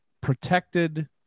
protected